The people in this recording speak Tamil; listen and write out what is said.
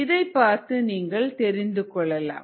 இதைப் பார்த்து நீங்கள் தெரிந்து கொள்ளலாம்